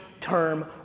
term